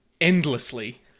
endlessly